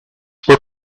were